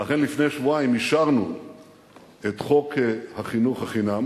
ואכן לפני שבועיים אישרנו את חוק חינוך חינם